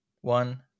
One